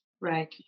Right